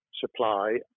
supply